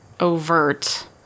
overt